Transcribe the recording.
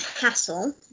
hassle